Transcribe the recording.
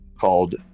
called